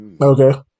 Okay